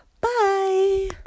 Bye